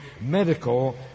medical